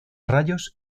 rayos